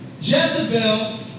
Jezebel